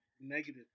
negative